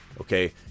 okay